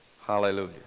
Hallelujah